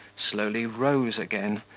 slowly rose again,